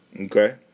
Okay